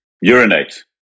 urinate